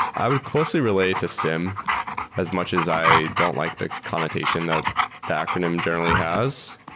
i would closely relate it to siem as much as i don't like the connotation that the acronym generally has.